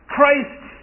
Christ